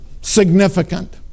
significant